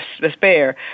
despair